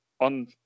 on